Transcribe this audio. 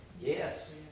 Yes